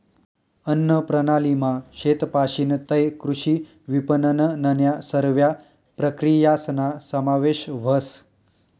अन्नप्रणालीमा शेतपाशीन तै कृषी विपनननन्या सरव्या प्रक्रियासना समावेश व्हस